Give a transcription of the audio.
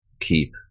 keep